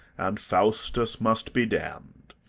and faustus must be damn'd.